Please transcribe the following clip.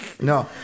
no